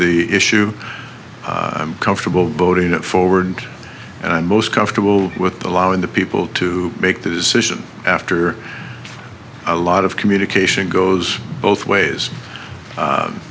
the issue i'm comfortable voting it forward and i'm most comfortable with the law and the people to make the decision after a lot of communication goes both ways